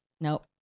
nope